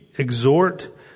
...exhort